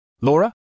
Laura